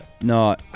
No